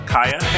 Kaya